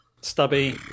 stubby